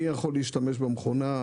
מי יכול להשתמש במכונה,